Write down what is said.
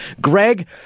Greg